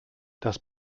das